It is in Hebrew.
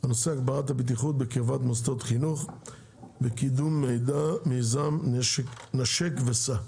הנושא הגברת הבטיחות בקרבת מוסדות חינוך וקידום מיזם 'נשק וסע',